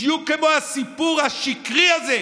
בדיוק כמו הסיפור השקרי הזה,